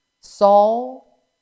Saul